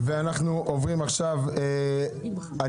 אני